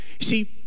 See